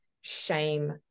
shame